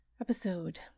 episode